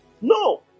no